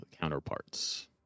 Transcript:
counterparts